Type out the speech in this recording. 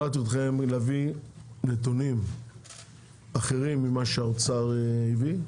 שלחתי אתכם להביא נתונים אחרים ממה שהאוצר הביא.